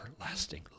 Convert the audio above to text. everlasting